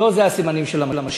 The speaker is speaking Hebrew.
לא אלה הסימנים של המשיח.